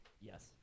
Yes